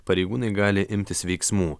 pareigūnai gali imtis veiksmų